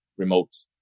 remotes